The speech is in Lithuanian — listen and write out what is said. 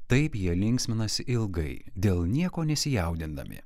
taip jie linksminasi ilgai dėl nieko nesijaudindami